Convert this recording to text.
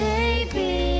Baby